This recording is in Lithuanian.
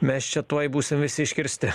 mes čia tuoj būsim visi iškirsti